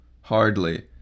hardly